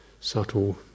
subtle